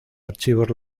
archivos